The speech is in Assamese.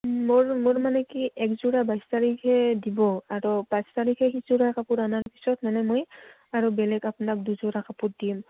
মোৰ মোৰ মানে কি একযোৰা বাইছ তাৰিখে দিব আৰু পাঁচ তাৰিখে সিযোৰা কাপোৰ অনাৰ পিছত মানে মই আৰু বেলেগ আপোনাক দুযোৰা কাপোৰ দিম